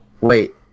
Wait